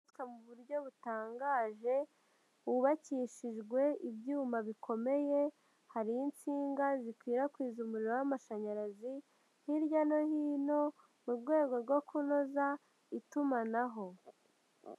Mu buryo butangaje wubakishijwe ibyuma bikomeye hariho itsinga zikwirakwiza umuriro w'amashanyarazi hirya no hino mu rwego rwo kunoza itumanaho.